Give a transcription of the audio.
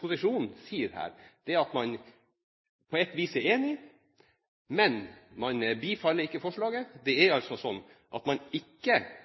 posisjonen sier her, er at man på et vis er enig, men man bifaller ikke forslaget. Det er altså slik at man ikke